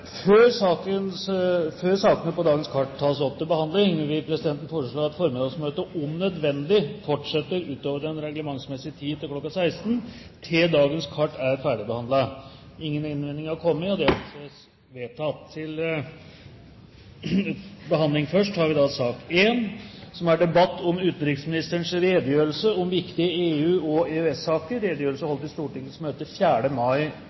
Før sakene på dagens kart tas opp til behandling, vil presidenten foreslå at formiddagsmøtet om nødvendig fortsetter utover den reglementsmessige tid, kl. 16.00, til dagens kart er ferdigbehandlet. – Ingen innvendinger har kommet mot presidentens forslag, og det anses vedtatt. Etter ønske fra utenriks- og forsvarskomiteen vil presidenten foreslå at debatten blir begrenset til 1 time og 30 minutter, og